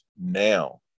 now